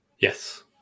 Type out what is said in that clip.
Yes